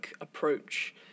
approach